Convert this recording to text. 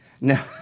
No